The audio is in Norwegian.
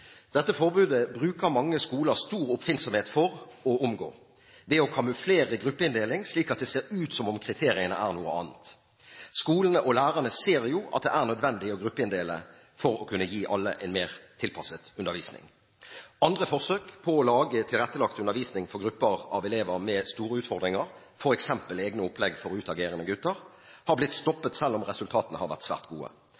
dette umulig. Dette forbudet bruker mange skoler stor oppfinnsomhet for å omgå ved å kamuflere gruppeinndeling, slik at det ser ut som om kriteriene er noen andre. Skolene og lærerne ser jo at det er nødvendig å gruppeinndele for å kunne gi alle en mer tilpasset undervisning. Andre forsøk på å lage tilrettelagt undervisning for grupper av elever med store utfordringer, f.eks. egne opplegg for utagerende gutter, har blitt